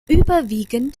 überwiegend